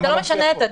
מה זאת אומרת?